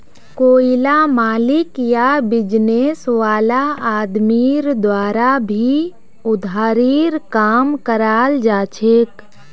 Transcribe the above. कोईला मालिक या बिजनेस वाला आदमीर द्वारा भी उधारीर काम कराल जाछेक